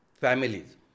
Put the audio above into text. families